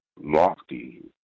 lofty